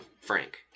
Frank